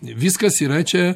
viskas yra čia